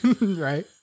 Right